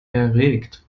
erregt